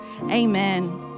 amen